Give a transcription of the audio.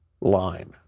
line